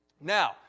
Now